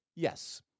Yes